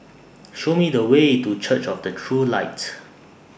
Show Me The Way to Church of The True Light